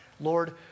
Lord